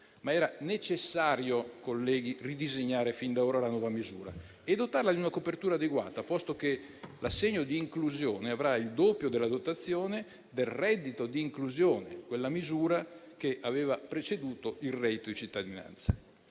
Ma era necessario, colleghi, ridisegnare fin d'ora la nuova misura e dotarla di una copertura adeguata, posto che l'assegno di inclusione avrà il doppio della dotazione del reddito di inclusione, quella misura che aveva preceduto il reddito di cittadinanza.